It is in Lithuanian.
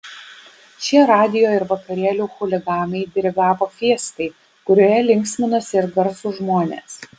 šie radijo ir vakarėlių chuliganai dirigavo fiestai kurioje linksminosi ir garsūs žmonės